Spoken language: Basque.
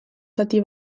zati